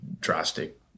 drastic